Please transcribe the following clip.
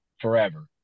forever